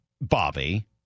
Bobby